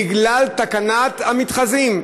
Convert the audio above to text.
בגלל תקנת המתחזים,